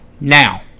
Now